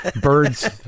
birds